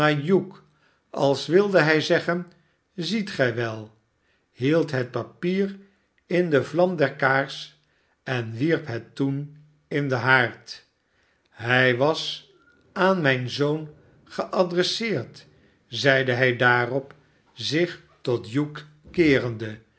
als wilde hij zeggen ziet gij wel hield het papier in de vlam der kaars en wierp het toen in den haard hij was aan mijn zoon geadresseerd zeide hij daarop zich tot hugh keerende